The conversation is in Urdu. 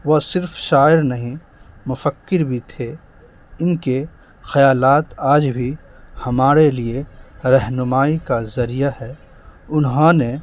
وہ صرف شاعر نہیں مفکر بھی تھے ان کے خیالات آج بھی ہمارے لیے رہنمائی کا ذریعہ ہے انہوں نے